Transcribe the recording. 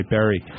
Berry